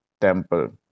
temple